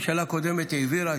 הממשלה הקודמת העבירה,